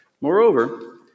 Moreover